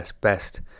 best